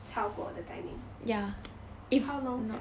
超过的 timing how long sia